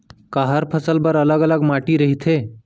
का हर फसल बर अलग अलग माटी रहिथे?